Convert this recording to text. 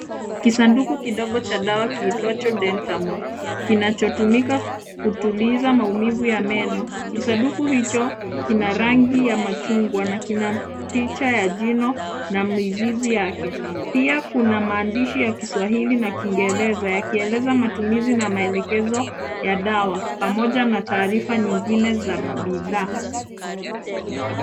Kisanduku kidogo cha dawa kiitwacho dentamol kinachotumika kutuliza maumivu ya meno. Kisanduku hicho kina rangi ya machungwa na kina picha ya jino na mizizi yake. Pia kuna maandishi ya kiswahili na kiingereza yakieleza matumizi na maelekezo ya dawa pamoja na taarifa nyingine za bidhaa.